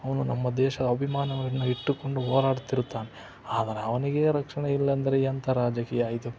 ಅವನು ನಮ್ಮ ದೇಶ ಅಭಿಮಾನವನ್ನು ಇಟ್ಟುಕೊಂಡು ಹೋರಾಡ್ತಿರುತ್ತಾನೆ ಆಗ ಅವನಿಗೇ ರಕ್ಷಣೆ ಇಲ್ಲ ಅಂದರೆ ಎಂಥ ರಾಜಕೀಯ ಇದು